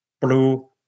blue